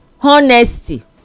Honesty